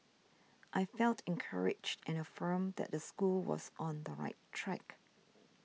I felt encouraged and affirmed that the school was on the right track